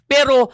Pero